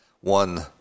one